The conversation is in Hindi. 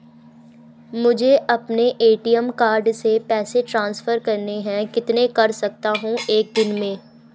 मुझे अपने ए.टी.एम कार्ड से पैसे ट्रांसफर करने हैं कितने कर सकता हूँ एक दिन में?